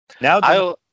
Now